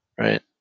Right